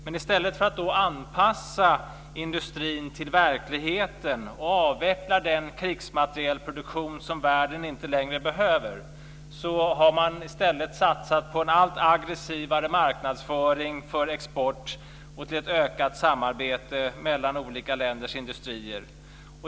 Men i stället för att anpassa industrin till verkligheten och avveckla den krigsmaterielproduktion som världen inte längre behöver har man satsat på en allt aggressivare marknadsföring för export och ett ökat samarbete mellan olika länders industrier.